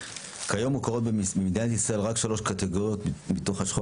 כיום מוכרות במדינת ישראל רק שלוש קטגוריות מתוך השכול